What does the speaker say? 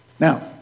Now